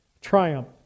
triumph